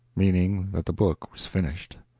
meaning that the book was finished.